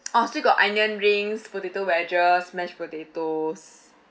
oh still got onion rings potato wedges mashed potatoes